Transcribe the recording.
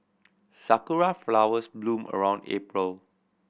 sakura flowers bloom around April